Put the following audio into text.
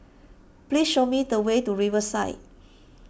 please show me the way to Riverside